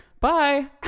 bye